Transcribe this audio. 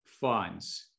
funds